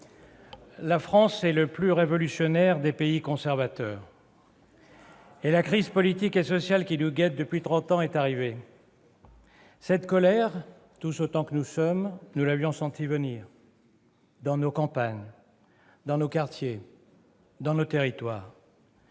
la France est le plus révolutionnaire des pays conservateurs. Et la crise politique et sociale qui nous guette depuis trente ans est arrivée. Cette colère, tous autant que nous sommes, nous l'avions sentie venir, dans nos campagnes, dans nos quartiers, dans nos territoires.